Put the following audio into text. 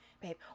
babe